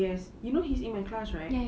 yes you know he's in my class right